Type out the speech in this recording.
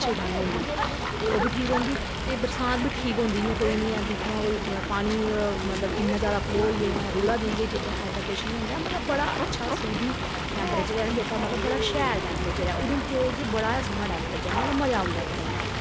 अच्छी ठंड होंदी ते ओह्बी ठीक रौह्ंदी ते बरसांत बी ठीक होंदी इ'यां कोई निं ऐ कि इ'त्थुआं पानी मतलब इ'न्ना जादा फ्लो होइया जां रूड़ा दी एह् चीज़ां ऐसा किश निं होंदा ऐ बड़ा अच्छा सुद्धी टेंपरेचर ऐ जेह्का मतलब बड़ा शैल टेंपरेचर ऐ उधमपुर च बड़ा गै सोना टेंपरेचर ऐ मतलब मज़ा औंदा उ'त्थें रौह्ने दा